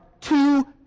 two